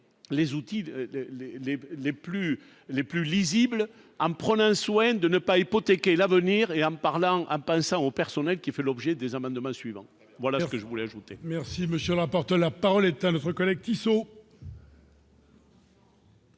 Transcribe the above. les plus les plus lisible à prenait soin de ne pas hypothéquer l'avenir et par là on ça au personnel qui fait l'objet des amendements suivants : voilà ce que je voulais ajouter. Merci Monsieur Laporte, la parole est à notre collègue sont.